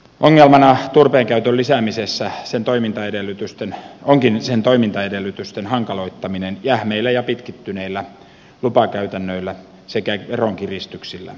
ongelmana turpeen käytön lisäämisessä onkin sen toimintaedellytyksen hankaloittaminen jähmeillä ja pitkittyneillä lupakäytännöillä sekä veronkiristyksillä